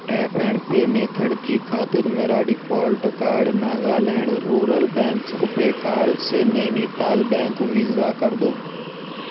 tape and pay method کی خاطر میرا default card Nagaland rural bank RuPay card سے نینی تال بینک ویزا کر دو